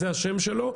זה השם שלו,